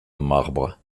marbre